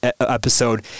episode